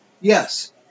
Yes